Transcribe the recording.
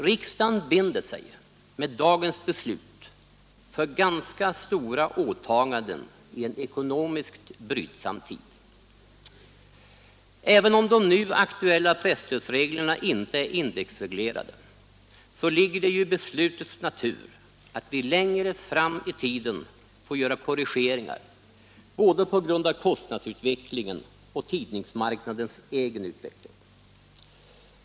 Riksdagen binder sig med dagens beslut för ganska stora åtaganden i en ekonomiskt brydsam tid. Även om de nu aktuella presstödsreglerna inte är indexreglerade, ligger det i beslutets natur att vi längre fram i tiden får göra korrigeringar på grund av både kostnadsutvecklingen och tidningsmarknadens egen utveckling.